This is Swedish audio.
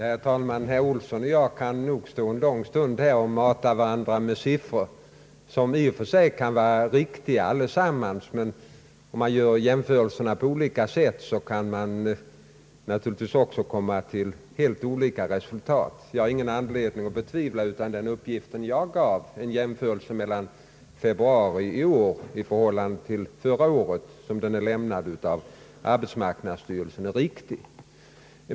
Herr talman! Herr Olsson och jag kunde nog stå en lång stund här och mata varandra med siffror som alla i och för sig kan vara riktiga, men om man gör jämförelserna på olika sätt kommer man naturligtvis till helt olika resultat. Jag har ingen anledning att betvivla att den uppgift som jag gav, en jämförelse mellan februari i år och samma månad förra året sådan den lämnats av arbetsmarknadsstyrelsen, är riktig.